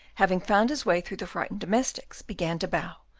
having found his way through the frightened domestics, began to bow,